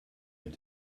they